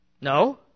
No